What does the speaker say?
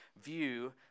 view